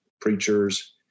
preachers